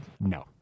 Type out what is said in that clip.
No